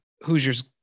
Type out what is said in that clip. Hoosiers